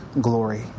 glory